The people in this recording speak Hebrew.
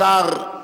השר,